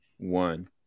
One